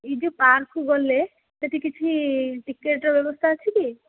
ଏଇ ଯେଉଁ ପାର୍କ୍ ଗଲେ ସେଠି କିଛି ଟିକେଟ୍ର ବ୍ୟବସ୍ତା ଅଛି କି